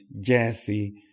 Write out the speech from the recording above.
Jesse